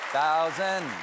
thousand